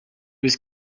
was